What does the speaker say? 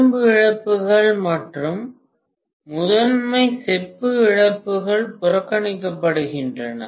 இரும்பு இழப்புகள் மற்றும் முதன்மை செப்பு இழப்புகள் புறக்கணிக்கப்படுகின்றன